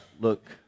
look